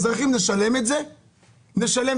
אנחנו,